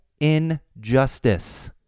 injustice